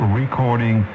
recording